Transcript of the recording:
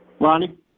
Ronnie